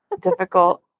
difficult